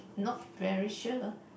not very sure